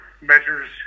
measures